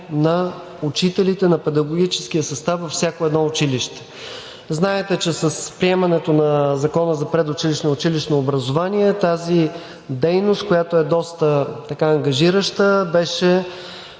на учителите и на педагогическия състав във всяко едно училище. Знаете, че с приемането на Закона за предучилищното и училищното образование тази дейност, която е доста ангажираща, беше